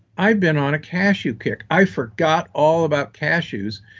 i've been on a cashew kick, i forgot all about cashews.